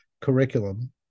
curriculum